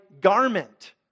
garment